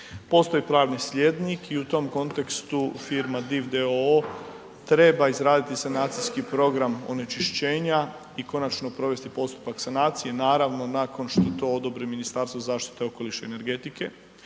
Postoji pravni slijednik i u tom kontekstu firma DIV d.o.o. treba izraditi sanacijski program onečišćenja i konačno provesti postupak sanacije, naravno nakon što odobri Ministarstvo zaštite okoliša i energetike.